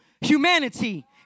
humanity